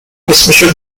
اسمشو